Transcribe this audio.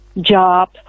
job